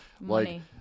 Money